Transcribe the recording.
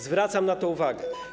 Zwracam na to uwagę.